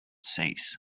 cease